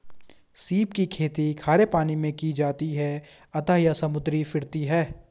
सीप की खेती खारे पानी मैं की जाती है अतः यह समुद्री फिरती है